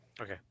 okay